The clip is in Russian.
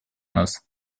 нас